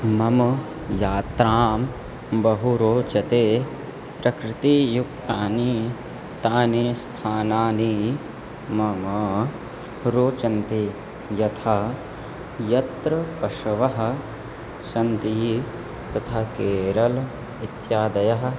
मम यात्रां बहु रोचते प्रकृतियुक्तानि तानि स्थानानि मम रोचन्ते यथा यत्र पशवः सन्ति तथा केरल इत्यादयः